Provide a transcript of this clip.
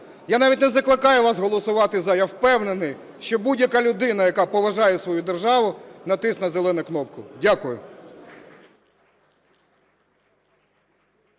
Я навіть не закликаю вас голосувати "за", я впевнений, що будь-яка людина, яка поважає свою державу, натисне зелену кнопку. Дякую.